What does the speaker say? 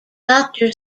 doctor